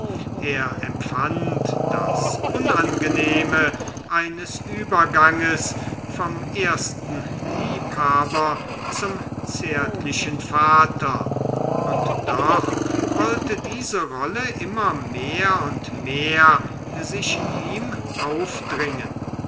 er empfand das unangenehme eines überganges vom ersten liebhaber zum zärtlichen vater und doch wollte diese rolle immer mehr und mehr sich ihm aufdringen